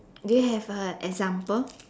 do you have a example